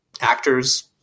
actors